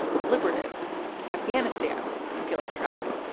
deliberative afghanistan can feel like a trap.